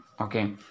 okay